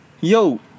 Yo